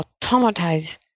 automatize